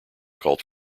called